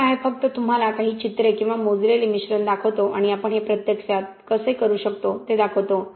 ठीक आहे फक्त तुम्हाला काही चित्रे किंवा मोजलेले मिश्रण दाखवतो आणि आपण हे प्रत्यक्षात कसे करू शकतो ते दाखवतो